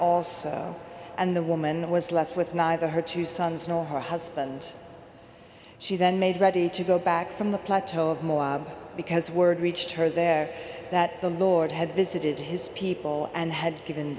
also and the woman was left with neither her two sons nor her husband she then made ready to go back from the plateau of more because word reached her there that the lord had visited his people and had given